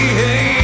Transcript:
hey